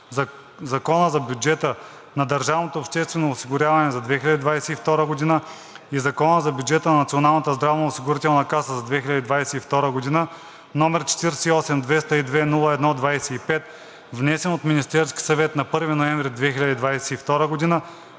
Закона за бюджета на държавното обществено осигуряване за 2022 г. и Закона за бюджета на Националната здравноосигурителна каса за 2022 г., № 48-202-01-25, внесен от Министерския съвет на 1 ноември 2022 г.“